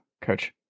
Coach